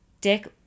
Dick